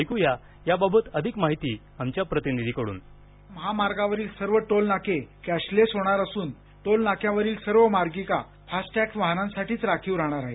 ऐकूया याबाबत अधिक माहिती आमच्या प्रतिनिधीकडून महामार्गावरील सर्व टोल नाके कॅशलेस होणार असून टोल नाक्यावरील सर्व मार्गिका फास्ट टेंग वाहनांसाठीच राखीव राहणार आहेत